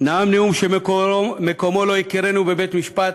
נאם נאום שמקומו שלא יכירנו בבית-משפט,